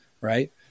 right